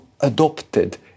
adopted